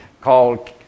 called